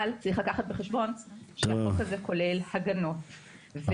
אבל צריך לקחת בחשבון שהחוק הזה כולל הגנות ופטורים.